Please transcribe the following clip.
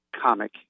comic